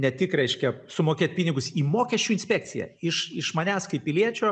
ne tik reiškia sumokėt pinigus į mokesčių inspekciją iš iš manęs kaip piliečio